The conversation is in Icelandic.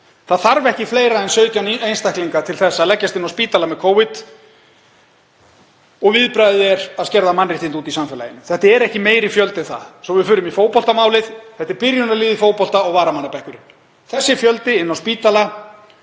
Það þarf ekki fleiri en 17 einstaklinga til þess að leggjast inn á spítala með Covid og viðbragðið er að skerða mannréttindi úti í samfélaginu. Þetta er ekki meiri fjöldi en það. Ef við förum í fótboltamálið er þetta byrjunarlið í fótbolta og varamannabekkurinn. Þessi fjöldi fer inn á spítala